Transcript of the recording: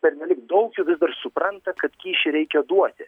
pernelyg daug jų vis dar supranta kad kyšį reikia duoti